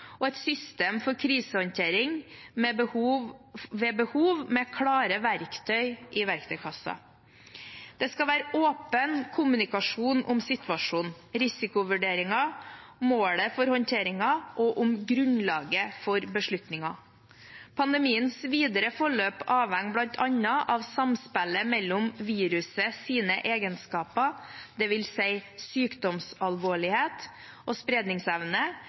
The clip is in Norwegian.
et system for krisehåndtering ved behov med klare verktøy i verktøykassen Det skal være åpen kommunikasjon om situasjonen, risikovurderinger og målet for håndteringen, og om grunnlaget for beslutninger. Pandemiens videre forløp avhenger bl.a. av samspillet mellom virusets egenskaper, det vil si sykdomsalvorlighet og spredningsevne,